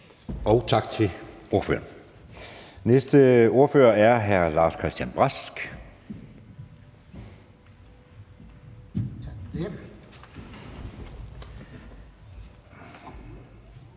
Tak til ordføreren. Næste ordfører er hr. Lars-Christian Brask.